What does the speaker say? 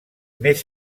més